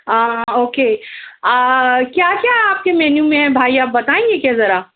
okay کیا کیا آپ کے مینیو میں ہیں بھائی آپ بتائیں گے کیا ذرا